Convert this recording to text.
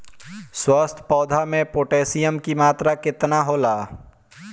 स्वस्थ पौधा मे पोटासियम कि मात्रा कितना होला?